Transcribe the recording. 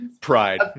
Pride